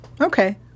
Okay